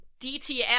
DTF